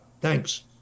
Thanks